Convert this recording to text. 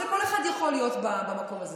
כל אחד יכול להיות במקום הזה.